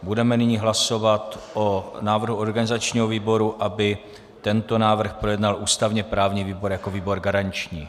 Budeme nyní hlasovat o návrhu organizačního výboru, aby tento návrh projednal ústavněprávní výbor jako výbor garanční.